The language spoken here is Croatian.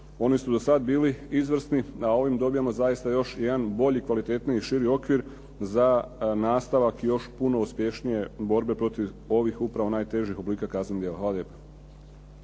Oni su do sada bili izvrsni, a ovim dobijamo zaista još jedan bolji i kvalitetniji širi okvir za nastavak još puno uspješnije borbe protiv ovih upravo najtežih oblika kaznenih djela. Hvala lijepo.